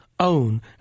own